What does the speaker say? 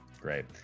Great